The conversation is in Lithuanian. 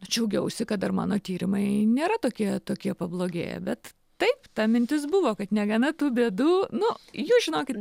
džiaugiausi kad dar mano tyrimai nėra tokie tokie pablogėję bet taip ta mintis buvo kad negana tų bėdų nu jūs žinokit